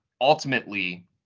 ultimately